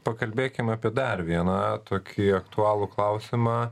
pakalbėkime apie dar vieną tokį aktualų klausimą